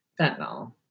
fentanyl